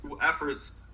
efforts